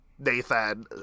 Nathan